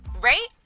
right